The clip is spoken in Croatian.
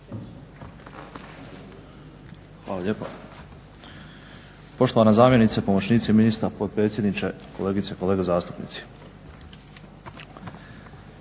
Hvala lijepa. Poštovana zamjenice, pomoćnici ministra, potpredsjedniče, kolegice i kolege zastupnici.